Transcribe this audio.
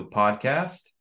podcast